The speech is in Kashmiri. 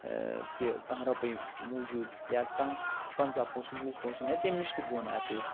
تہِ کانٛہہ رۄپیہِ موٗجوٗد یا کانٛہہ پنٛژاہ پونٛسُن وُہ پونٛسُن یا تَمہِ نِش تہِ بوٚن آسہِ ہے